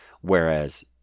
Whereas